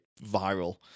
viral